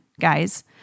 guys